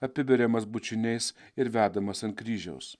apiberiamas bučiniais ir vedamas ant kryžiaus